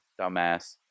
Dumbass